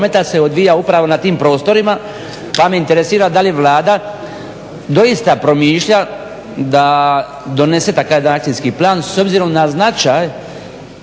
se odvija upravo na tim prostorima. Pa me interesira da li Vlada doista promišlja da donese takav jedan akcijski plan s obzirom na značaj